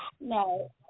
No